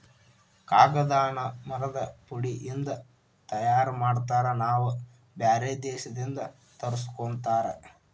ಕಾಗದಾನ ಮರದ ಪುಡಿ ಇಂದ ತಯಾರ ಮಾಡ್ತಾರ ನಾವ ಬ್ಯಾರೆ ದೇಶದಿಂದ ತರಸ್ಕೊತಾರ